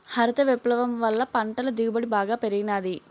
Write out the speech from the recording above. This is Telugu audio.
హరిత విప్లవం వల్ల పంటల దిగుబడి బాగా పెరిగినాది